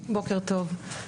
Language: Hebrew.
בוקר טוב.